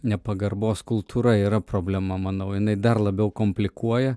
nepagarbos kultūra yra problema manau jinai dar labiau komplikuoja